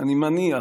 אני מניח